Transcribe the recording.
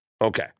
Okay